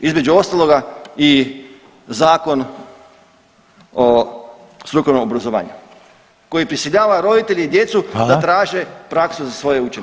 Između ostaloga i Zakon o strukovnom obrazovanju koji prisiljava roditelje i djecu [[Upadica Reiner: Hvala.]] da traže praksu za svoje učenike.